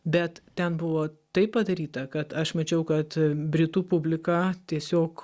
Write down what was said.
bet ten buvo taip padaryta kad aš mačiau kad britų publika tiesiog